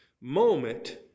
moment